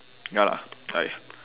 ya lah like